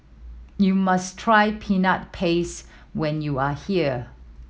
you must try Peanut Paste when you are here